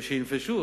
שינפשו,